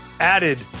added